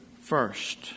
first